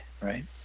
right